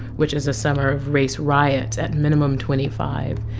which is a summer of race riots, at minimum twenty-five,